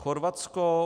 Chorvatsko.